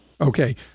Okay